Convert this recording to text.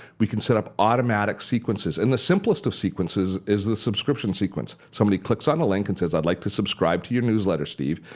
we can set up automatic sequences and the simplest of sequences is the subscription sequence. somebody clicks on a link that and says i'd like to subscribe to your newsletter, steve,